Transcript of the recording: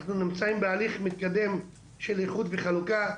אנחנו נמצאים בהליך מתקדם של איחוד וחלוקה,